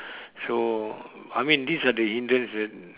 so I mean this are incidence that